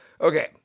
Okay